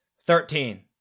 Thirteen